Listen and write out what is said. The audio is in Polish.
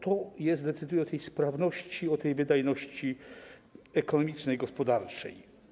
To decyduje o tej sprawności, o tej wydajności ekonomicznej, gospodarczej.